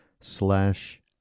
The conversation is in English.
slash